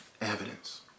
Evidence